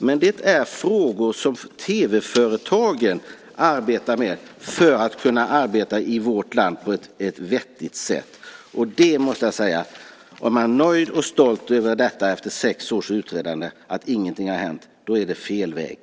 Men det är frågor som tv-företagen arbetar med för att kunna arbeta i vårt land på ett vettigt sätt. Om han är nöjd och stolt över att ingenting har hänt efter sex års utredande är det fel väg.